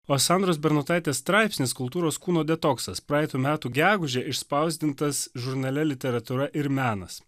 o sandros bernotaitės straipsnis kultūros kūno detoksas praeitų metų gegužę išspausdintas žurnale literatūra ir menas